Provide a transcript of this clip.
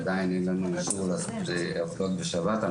עדיין אין לנו אישור לעשות עבודות בשבת.